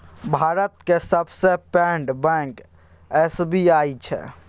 भातक सबसँ पैघ बैंक एस.बी.आई छै